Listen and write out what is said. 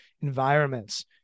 environments